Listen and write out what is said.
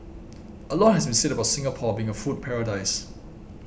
a lot has been said about Singapore being a food paradise